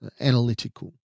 analytical